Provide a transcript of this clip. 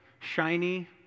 shiny